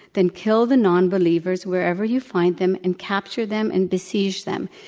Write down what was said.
then kill the nonbelievers wherever you find them and capture them and besiege them.